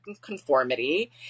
Conformity